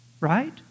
Right